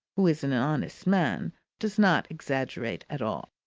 who is an honest man, does not exaggerate at all.